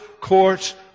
court